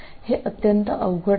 हे अत्यंत अवजड आहे